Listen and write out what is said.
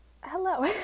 hello